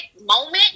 moment